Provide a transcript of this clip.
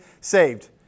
saved